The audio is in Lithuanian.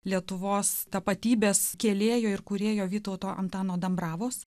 lietuvos tapatybės kėlėjo ir kūrėjo vytauto antano dambravos